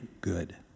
good